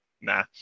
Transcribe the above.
nah